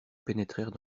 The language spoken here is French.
pénétrèrent